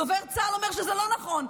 דובר צה"ל אומר שזה לא נכון.